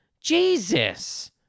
Jesus